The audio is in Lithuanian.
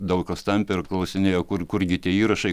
daug kas tampė ir klausinėjo kur kurgi tie įrašai